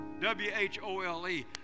W-H-O-L-E